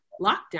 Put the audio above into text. lockdown